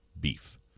beef